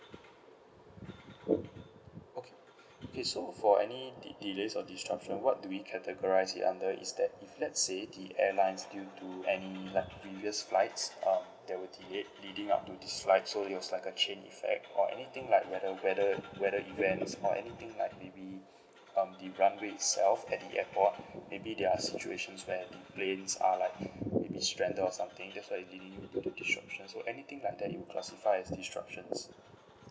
okay okay so for any delays or disruption what do we categorise it under is that if let's say the airlines due to any like previous flights um that were delayed leading up to this flight so it was like a chain effect or anything like the weather weather events or anything like maybe um the runway itself at the airport maybe there are situation where the planes are like maybe stranded or something that's why it leading you to the disruption so anything like that it will classify as disruptions